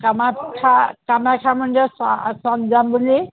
কামাখ্যা কামাখ্যা মন্দিৰত চ চব যাম বুলি